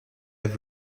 have